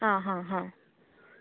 आं हां हां